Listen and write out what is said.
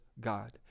God